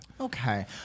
okay